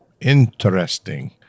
interesting